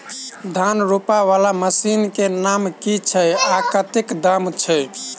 धान रोपा वला मशीन केँ नाम की छैय आ कतेक दाम छैय?